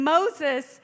Moses